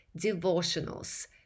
Devotionals